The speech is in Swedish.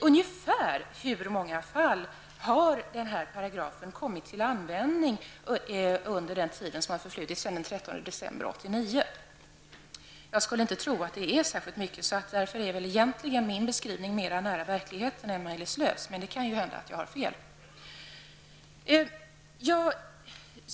ungefär hur många fall har denna paragraf kommit till användning under den tid som har förflutit sedan den 13 december 1989? Jag skulle inte tro att det är fråga om särskilt många fall, och därför ligger väl egentligen min beskrivning närmare verkligheten än Maj-Lis Lööws. Men det kan ju hända att jag har fel.